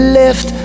left